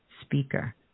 speaker